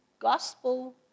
gospel